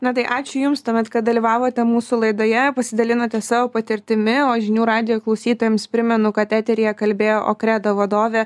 na tai ačiū jums tuomet kad dalyvavote mūsų laidoje pasidalinote savo patirtimi o žinių radijo klausytojams primenu kad eteryje kalbėjo okredo vadovė